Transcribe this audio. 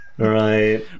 Right